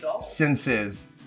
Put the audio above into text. senses